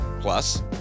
Plus